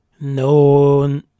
no